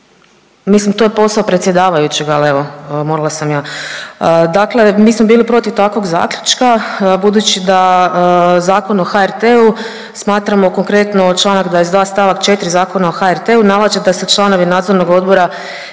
mislim to je posao predsjedavajućeg, ali evo morala sam ja. Dakle, mi smo bili protiv takvog zaključka budući da Zakon o HRT-u smatramo konkretno čl. 22. st. 4. Zakona o HRT-a … da se članovi NO imenuju